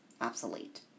obsolete